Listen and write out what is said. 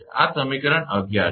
આ સમીકરણ 11 છે